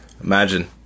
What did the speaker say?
Imagine